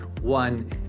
one